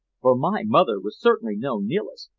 for my mother was certainly no nihilist,